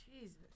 Jesus